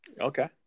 Okay